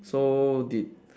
so did